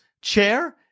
chair